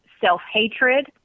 self-hatred